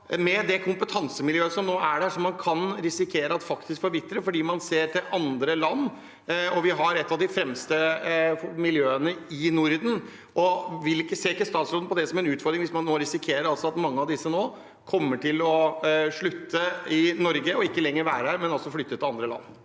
at det kompetansemiljøet som nå er der, forvitrer fordi man ser til andre land. Vi har et av de fremste miljøene i Norden. Ser ikke statsråden på det som en utfordring hvis man nå risikerer at mange av disse kommer til å slutte i Norge, ikke lenger vil være her, men flytter til andre land?